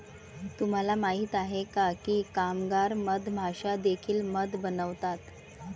तुम्हाला माहित आहे का की कामगार मधमाश्या देखील मध बनवतात?